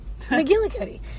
McGillicuddy